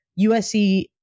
USC